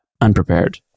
unprepared